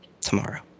tomorrow